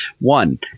One